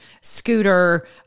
scooter